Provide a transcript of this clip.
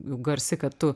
garsi kad tu